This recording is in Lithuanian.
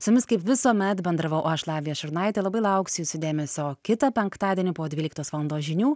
su jumis kaip visuomet bendravau aš lavija šurnaitė labai lauksiu jūsų dėmesio kitą penktadienį po dvyliktos valandos žinių